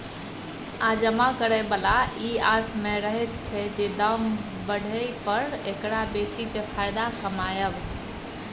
आ जमा करे बला ई आस में रहैत छै जे दाम बढ़य पर एकरा बेचि केँ फायदा कमाएब